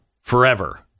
forever